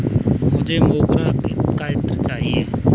मुझे मोगरे का इत्र चाहिए